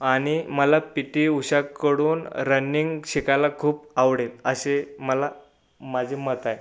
आणि मला P T उषाकडून रनिंग शिकायला खूप आवडेल असे मला माझे मत आहे